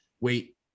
wait